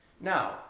Now